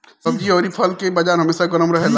सब्जी अउरी फल के बाजार हमेशा गरम रहेला